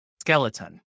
Skeleton